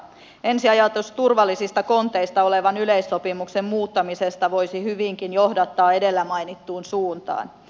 ensiajatus turvallisista konteista olevan yleissopimuksen muuttamisesta voisi hyvinkin johdattaa edellä mainittuun suuntaan